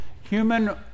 human